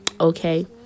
okay